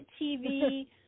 TV